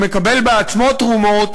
שמקבל בעצמו תרומות